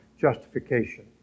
justification